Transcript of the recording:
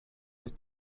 ist